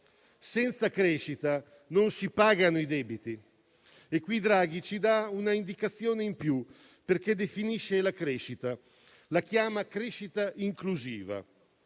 Senza crescita non si pagano i debiti e qui il presidente Draghi ci dà un'indicazione in più, perché definisce la crescita, chiamandola crescita inclusiva.